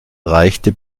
reichte